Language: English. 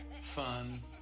fun